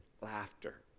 Laughter